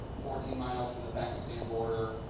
fourteen miles from the pakistan border,